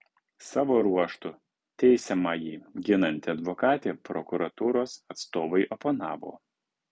savo ruožtu teisiamąjį ginanti advokatė prokuratūros atstovui oponavo